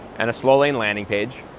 and a slow lane landing page,